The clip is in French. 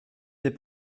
des